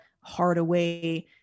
Hardaway